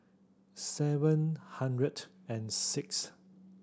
seven hundred and six